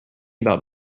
about